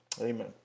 Amen